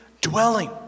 dwelling